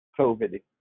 COVID